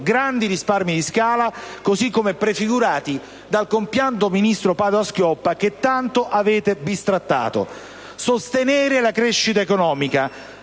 grandi risparmi di scala, così come prefigurato dal compianto ministro Padoa-Schioppa, che tanto avete bistrattato. Ancora: sostenere la crescita economica;